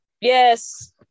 Yes